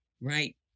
Right